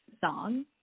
song